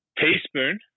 Teaspoon